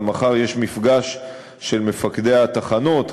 אבל מחר יש מפגש של מפקדי התחנות,